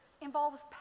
involves